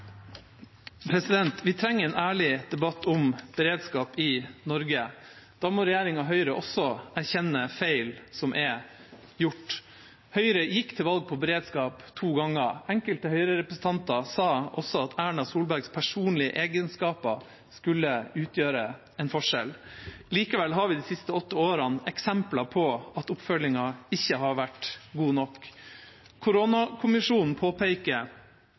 er gjort. Høyre gikk til valg på beredskap to ganger. Enkelte Høyre-representanter sa også at Erna Solbergs personlige egenskaper skulle utgjøre en forskjell. Likevel har vi de siste åtte årene eksempler på at oppfølgingen ikke har vært god nok. Koronakommisjonen påpeker